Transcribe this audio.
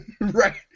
Right